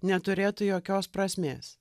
neturėtų jokios prasmės